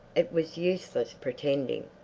it was useless pretending.